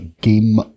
Game